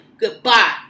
goodbye